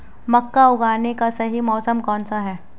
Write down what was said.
मक्का उगाने का सही मौसम कौनसा है?